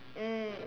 mm